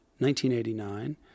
1989